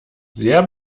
sehr